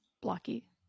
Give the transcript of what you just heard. blocky